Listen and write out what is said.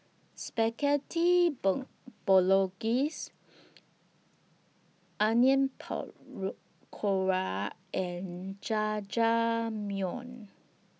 Spaghetti Bolognese Onion Pakora and Jajangmyeon